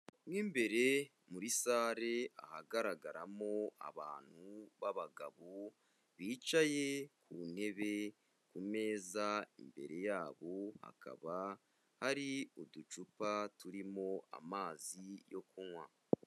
Mo imbere muri sare ahagaragaramo abantu b'abagabo, bicaye ku ntebe, ku meza imbere yabo hakaba hari uducupa turimo amazi yo kunywa.